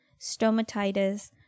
stomatitis